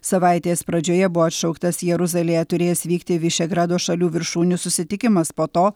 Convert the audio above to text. savaitės pradžioje buvo atšauktas jeruzalėje turėjęs vykti vyšegrado šalių viršūnių susitikimas po to